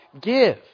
give